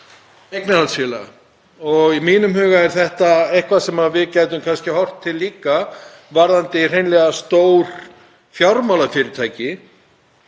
eignarhaldsfélaga og í mínum huga er þetta eitthvað sem við gætum líka horft til varðandi hreinlega stór fjármálafyrirtæki.